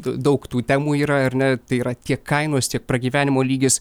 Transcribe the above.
daug tų temų yra ar ne tai yra tiek kainos tiek pragyvenimo lygis